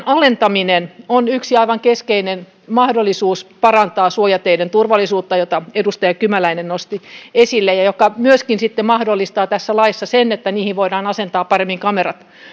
alentaminen taajamissa on yksi aivan keskeinen mahdollisuus parantaa suojateiden turvallisuutta jonka edustaja kymäläinen nosti esille ja se myöskin sitten mahdollistaa sen että niihin voidaan asentaa paremmin kamerat